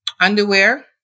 underwear